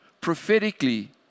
prophetically